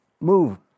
move